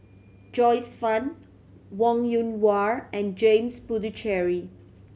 Joyce Fan Wong Yoon Wah and James Puthucheary